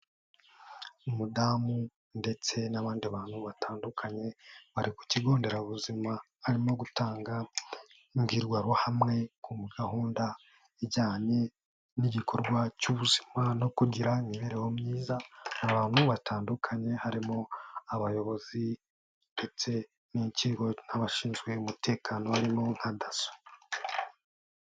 Umudamu ndetse n'abandi bantu batandukanye bari ku kigo nderabuzima arimo gutanga imbwirwaruhame kuri gahunda ijyanye n'igikorwa cy'ubuzima no kugira imibereho myiza. Abantu batandukanye harimo abayobozi ndetse nikigo n'abashinzwe umutekano barimo nka dasso.